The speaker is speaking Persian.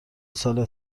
سال